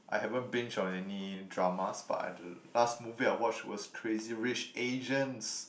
I haven't binge on any dramas but the last movie I watch was Crazy Rich Asians